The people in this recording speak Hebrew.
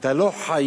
אתה לא חייב